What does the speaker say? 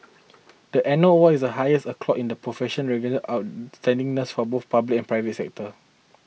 the annual award is the highest accolade in the profession recognising outstanding nurses from both the public and private sectors